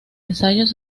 ensayos